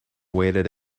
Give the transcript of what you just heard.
waited